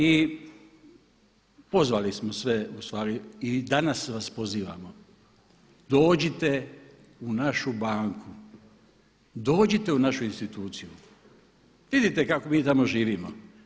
I pozvali smo sve ustvari i danas vas pozivamo, dođite u našu banku, dođite u našu instituciju, vidite kako mi tamo živimo.